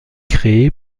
crée